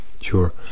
Sure